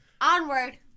Onward